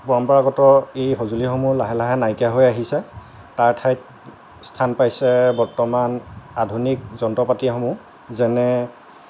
পৰম্পৰাগত এই সঁজুলিসমূহ লাহে লাহে নাইকীয়া হৈ আহিছে তাৰ ঠাইত স্থান পাইছে বৰ্তমান আধুনিক যন্ত্ৰ পাতিসমূহ যেনে